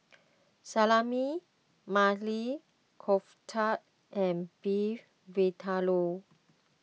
Salami Maili Kofta and Beef Vindaloo